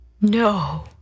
No